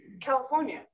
California